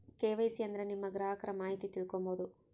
KYC ಅಂದ್ರೆ ನಿಮ್ಮ ಗ್ರಾಹಕರ ಮಾಹಿತಿ ತಿಳ್ಕೊಮ್ಬೋದು